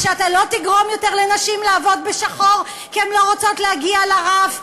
שאתה לא תגרום לנשים לעבוד בשחור כי הן לא רוצות להגיע לרף,